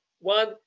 One